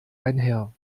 einher